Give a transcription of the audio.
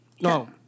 no